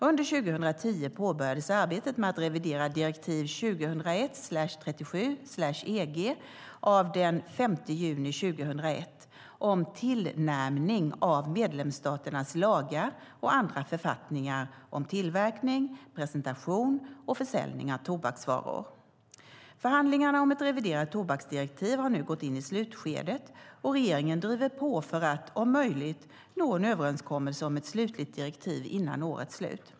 Under 2010 påbörjades arbetet med att revidera direktiv 2001 EG av den 5 juni 2001 om tillnärmning av medlemsstaternas lagar och andra författningar om tillverkning, presentation och försäljning av tobaksvaror. Förhandlingarna om ett reviderat tobaksdirektiv har nu gått in i slutskedet och regeringen driver på för att, om möjligt, nå en överenskommelse om ett slutligt direktiv innan årets slut.